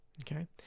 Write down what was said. okay